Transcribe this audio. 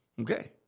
Okay